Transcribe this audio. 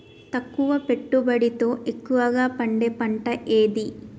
తక్కువ పెట్టుబడితో ఎక్కువగా పండే పంట ఏది?